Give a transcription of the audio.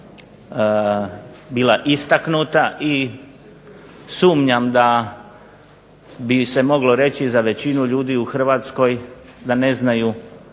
bila istaknuta i sumnjam da bi se moglo reći za većinu ljudi u Hrvatskoj da ne znaju